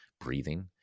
breathing